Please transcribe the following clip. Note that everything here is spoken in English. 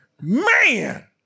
man